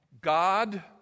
God